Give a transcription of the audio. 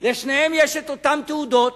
לשניהם יש אותן תעודות,